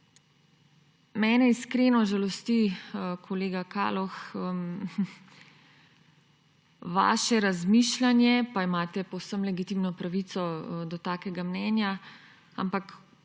Mene iskreno žalosti, kolega Kaloh, vaše razmišljanje. Pa imate povsem legitimno pravico do takega menja, ampak